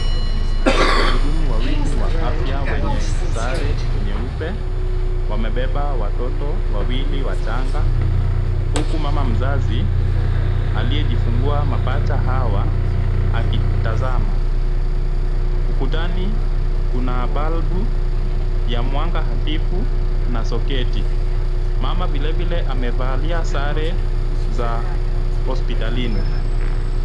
Wahudumu wawili wa afya wenye sare nyeupe, wamebeba watoto wawili wachanga, huku mama mzazi, aliyejifungua mapacha hawa akitazama. Ukutani kuna balbu ya mwanga hafifu na soketi. Mama vilevile amevalia sare za hospitalini.